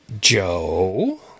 Joe